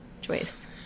choice